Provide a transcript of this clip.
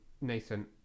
Nathan